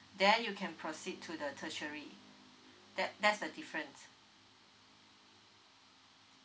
then you can proceed to the tertiary that that's the difference